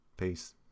Peace